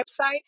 website